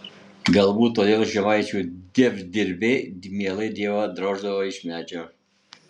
galbūt todėl žemaičių dievdirbiai mielai dievą droždavo iš medžio